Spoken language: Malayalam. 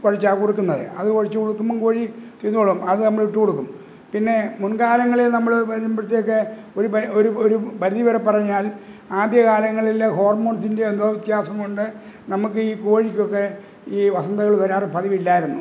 കുഴച്ചാൽ കൊടുക്കുന്നത് അത് കുഴച്ച് കൊടുക്കുമ്പം കോഴി തിന്നോളും അത് നമ്മൾ ഇട്ട് കൊടുക്കും പിന്നെ മുന്കാലങ്ങളില് നമ്മൾ പറയുമ്പോഴത്തേക്ക് ഒരു ഒരു പരിധി വരെ പറഞ്ഞാല് ആദ്യകാലങ്ങളില് ഹോര്മോണ്സിന്റെയോ എന്തോ വ്യത്യാസം കൊണ്ട് നമുക്ക് ഈ കോഴിക്കൊക്കെ ഈ വസന്തകള് വരാറ് പതിവില്ലായിരുന്നു